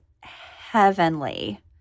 heavenly